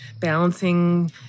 balancing